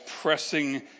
pressing